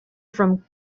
from